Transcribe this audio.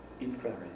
Infrared